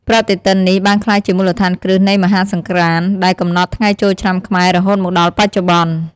ប្រតិទិននេះបានក្លាយជាមូលដ្ឋានគ្រឹះនៃមហាសង្ក្រាន្តដែលកំណត់ថ្ងៃចូលឆ្នាំខ្មែររហូតមកដល់បច្ចុប្បន្ន។